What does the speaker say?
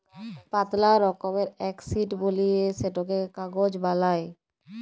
পাতলা রকমের এক শিট বলিয়ে সেটকে কাগজ বালাই